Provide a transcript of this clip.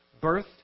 Birth